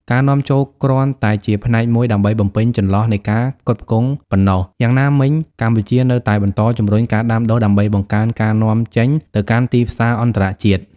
ការនាំចូលគ្រាន់តែជាផ្នែកមួយដើម្បីបំពេញចន្លោះនៃការផ្គត់ផ្គង់ប៉ុណ្ណោះ យ៉ាងណាមិញកម្ពុជានៅតែបន្តជំរុញការដាំដុះដើម្បីបង្កើនការនាំចេញទៅកាន់ទីផ្សារអន្តរជាតិ។